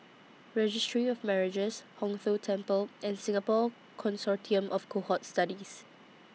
Registry of Marriages Hong Tho Temple and Singapore Consortium of Cohort Studies